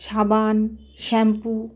সাবান শ্যাম্পু